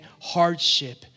hardship